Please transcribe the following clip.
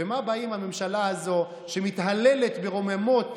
ומה עושה הממשלה הזאת, שמתהללת ברוממות